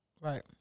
Right